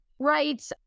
Right